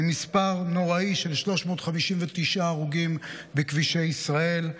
עם מספר נוראי של 359 הרוגים בכבישי ישראל,